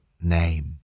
name